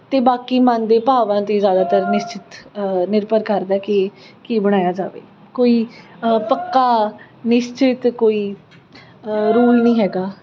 ਅਤੇ ਬਾਕੀ ਮਨ ਦੇ ਭਾਵਾਂ 'ਤੇ ਜ਼ਿਆਦਾਤਰ ਨਿਸ਼ਚਿਤ ਨਿਰਭਰ ਕਰਦਾ ਕਿ ਕੀ ਬਣਾਇਆ ਜਾਵੇ ਕੋਈ ਪੱਕਾ ਨਿਸ਼ਚਿਤ ਕੋਈ ਰੂਲ ਨਹੀਂ ਹੈਗਾ